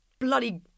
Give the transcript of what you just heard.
bloody